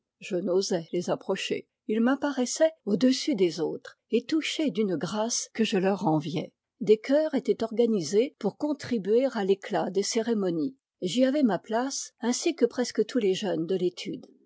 je n'osais les approcher ils m'apparaissaient au-dessus des autres et touchés d'une grâce que je leur enviais des chœurs étaient organisés pour contribuer à l'éclat des cérémonies j'y avais ma place ainsi que presque tous les jeunes de l'étude